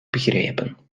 begrijpen